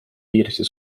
kiiresti